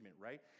right